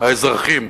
האזרחים,